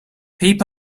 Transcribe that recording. peep